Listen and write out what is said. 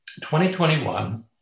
2021